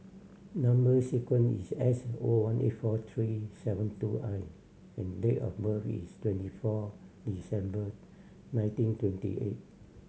number sequence is S O one eight four three seven two I and date of birth is twenty four December nineteen twenty eight